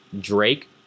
Drake